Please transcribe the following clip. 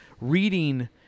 reading